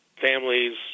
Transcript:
families